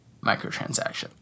microtransaction